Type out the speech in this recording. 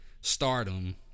stardom